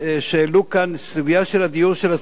הסוגיה של הדיור של הסטודנטים בירושלים,